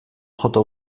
jota